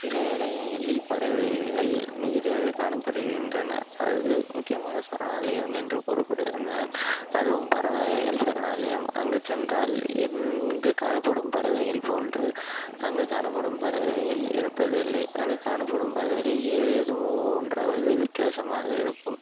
சில இடங்களில் பறவைகள் மிகுதியாக காணப்படுகின்றன அது முக்கியமாக சரணாலயம் என்று கூறப்படுகின்றன அதுவும் பறவைகள் சரணாலயம் அங்கு சென்றால் இங்கு காணப்படும் பறவைகள் போன்று அங்கு காணப்படும் பறவைகள் இருப்பதில்லை அங்கு காணப்படும் பறவைகளில் ஏதேதும் ஒவ்வொன்றாவது வித்தியாசமாக இருக்கும்